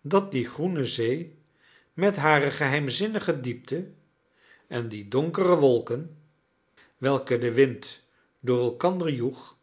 dat die groene zee met hare geheimzinnige diepte en die donkere wolken welke de wind door elkander joeg